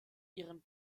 ihren